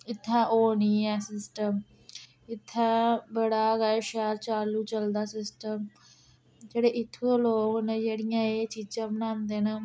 इत्थैं ओह् नी ऐ सिस्टम इत्थैं बड़ा गै शैल चालू चलदा सिस्टम जेह्ड़े इत्थुं दे लोक न जेह्ड़ियां एह् चीजां बनांदे न